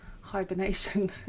hibernation